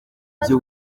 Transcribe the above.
ibyo